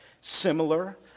Similar